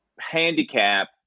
handicap